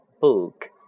book